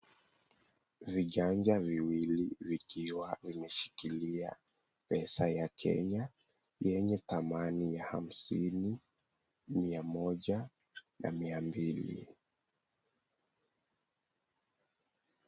Viganja viwili vikiwa vimeshikilia pesa ya Kenya yenye thamani ya hamsini, mia moja na mbia mbili.